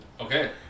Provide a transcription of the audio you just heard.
okay